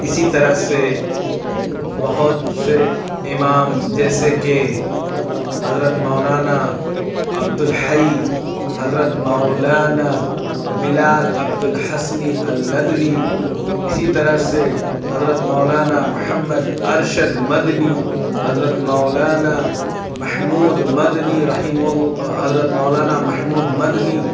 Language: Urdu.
اِسی طرح سے بہت سے اِمام جیسے کہ حضرت مولانا عبد الحئ حضرت مولانا بلال عبد الحسنی الندوی اِسی طرح سے حضرت مولانا محمد ارشد مدنی حضرت مولانا محمود مدنی رحیمم حضرت مولانا محمود مدنی